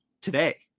today